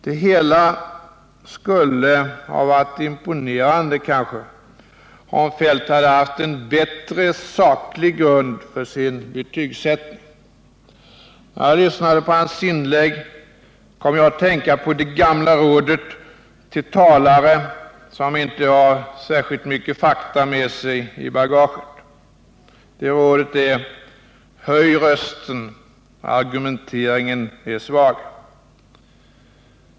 Det hela skulle kanske ha varit imponerande, om herr Feldt hade haft en bättre saklig grund för sin betygsättning. När jag lyssnade på hans inlägg kom jag att tänka på det gamla rådet till talare som inte har särskilt mycket fakta med sig i bagaget. Det rådet är: Höj rösten; argumenteringen är svag!